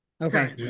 Okay